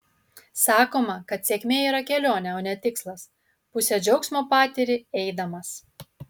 sakoma kad sėkmė yra kelionė o ne tikslas pusę džiaugsmo patiri eidamas